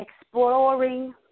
exploring